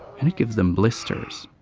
and it gives em blisters.